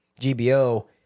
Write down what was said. GBO